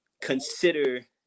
consider